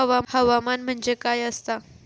हवामान म्हणजे काय असता?